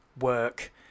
work